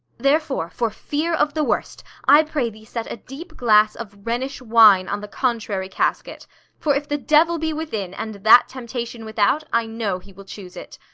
therefore, for fear of the worst, i pray thee set a deep glass of rhenish wine on the contrary casket for if the devil be within and that temptation without, i know he will choose it.